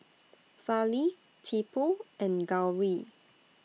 Fali Tipu and Gauri